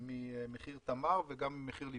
ממחיר תמר וגם ממחיר לווייתן,